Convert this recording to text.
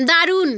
দারুণ